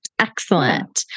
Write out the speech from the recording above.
Excellent